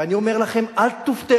ואני אומר לכם, אל תופתעו